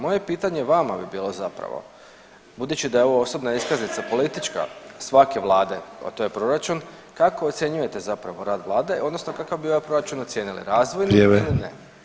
Moje pitanje vama bi bilo zapravo, budući da je ovo osobna iskaznica politička svake vlade, a to je proračun kako ocjenjujete zapravo rad vlade odnosno kakav bi ovaj proračun ocijenili [[Upadica: Vrijeme.]] razvojnim ili ne?